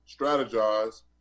strategize